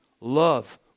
love